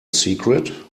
secret